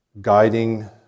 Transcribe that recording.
guiding